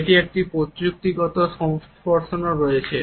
এটি একটি প্রযুক্তিগত সম্প্রসারণও পেয়েছে